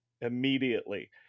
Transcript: immediately